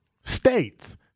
states